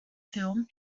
film